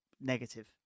negative